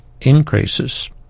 increases